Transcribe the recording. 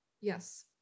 Yes